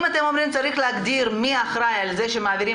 אם אתם אומרים שצריך להגדיר מי אחראי על זה שמעבירים